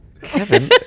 Kevin